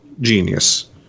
genius